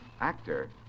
actor